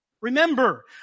remember